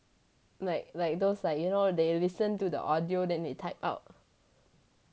like like those like you know they listen to the audio then need type out